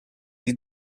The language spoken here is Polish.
ich